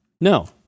no